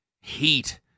heat